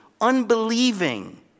unbelieving